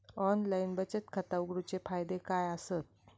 Online बचत खाता उघडूचे फायदे काय आसत?